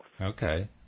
okay